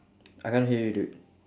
I can't hear you dude